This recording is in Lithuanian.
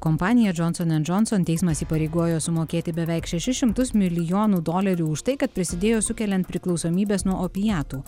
kompaniją johnson and johnson teismas įpareigojo sumokėti beveik šešis šimtus milijonų dolerių už tai kad prisidėjo sukeliant priklausomybes nuo opiatų